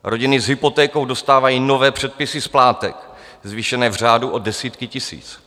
Rodiny s hypotékou dostávají nové předpisy splátek zvýšené v řádu o desítky tisíc.